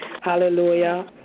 Hallelujah